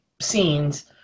scenes